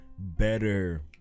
better